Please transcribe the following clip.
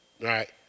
Right